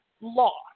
law